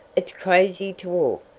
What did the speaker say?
it's crazy to walk,